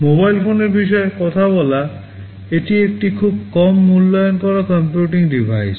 mobile ফোনের বিষয়ে কথা বলা এটি একটি খুব কম মূল্যায়ন করা কম্পিউটিং ডিভাইস